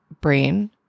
brain